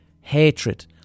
hatred